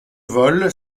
vol